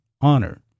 honor